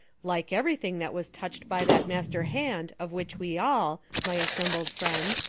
like everything that was touched by that master hand of which we all, my assembled friends,